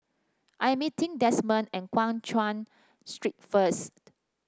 I'm meeting Desmond at Guan Chuan Street first